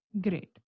Great